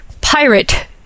Pirate